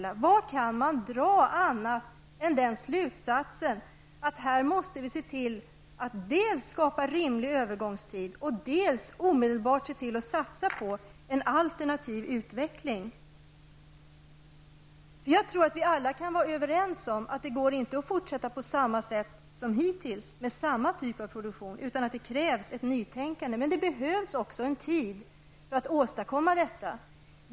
Vilken slutsats kan man dra annat än den att här måste vi se till att dels skapa rimlig övergångstid, dels omedelbart satsa på en alternativ utveckling. Jag tror att vi alla kan vara överens om att det inte går att fortsätta på samma sätt som hittills med samma typ av produktion utan att det krävs ett nytänkande. Men det behövs också en tid för att åstadkomma detta.